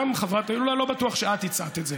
אני לא בטוח שאת הצעת את זה,